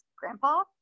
grandpa